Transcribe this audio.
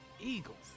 Eagles